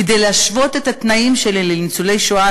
כדי להשוות את התנאים שלהם לניצולי השואה